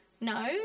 No